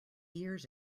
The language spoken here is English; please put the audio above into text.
years